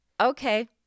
Okay